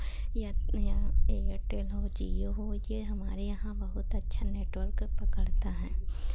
या या एयरटेल हो जिओ हो ये हमारे यहाँ बहुत अच्छा नेटवर्क पकड़ता है